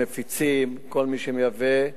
המפיצים וכל מי שמייבא.